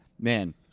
man